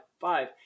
five